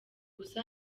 gusa